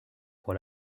pour